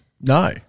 No